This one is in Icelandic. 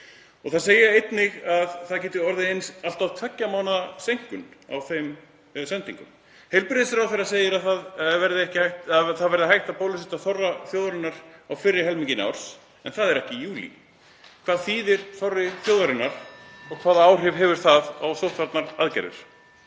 Þar segir einnig að það geti orðið allt að tveggja mánaða seinkun á þeim sendingum. Heilbrigðisráðherra segir að hægt verði að bólusetja þorra þjóðarinnar á fyrri helmingi árs en það er ekki í júlí. Hvað þýðir þorri þjóðarinnar og hvaða áhrif hefur það á sóttvarnaaðgerðir?